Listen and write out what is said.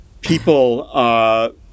people